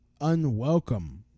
unwelcome